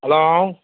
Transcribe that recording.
hello